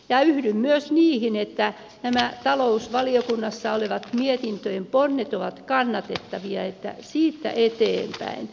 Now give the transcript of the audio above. ja yhdyn myös niihin mielipiteisiin että nämä talousvaliokunnassa olevat mietintöjen ponnet ovat kannatettavia siitä vain eteenpäin